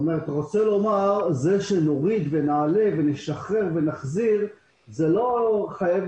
רוצה לומר שזה שנוריד ונעלה ונשחרר ונחזיר זה לא חייב